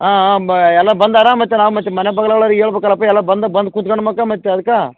ಹಾಂ ಹಾಂ ಬ ಎಲ್ಲ ಬಂದಾರಾ ಮತ್ತು ನಾವು ಮತ್ತು ಮನೆ ಹೇಳ್ಬೇಕಲ್ಲಪ್ಪ ಎಲ್ಲ ಬಂದು ಬಂದು ಕುತ್ಕಣ್ಮಕ ಮತ್ತೆ ಅದ್ಕೆ